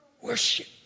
Worship